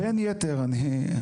בין יתר אני,